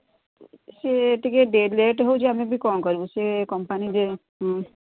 ସେ ଟିକେ ଲେଟ୍ ହେଉଛି ଆମେ ବି କ'ଣ କରିବୁ ସେ କମ୍ପାନୀରେ